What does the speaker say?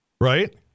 Right